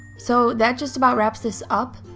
so that just about wraps this up.